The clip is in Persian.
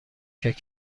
کرد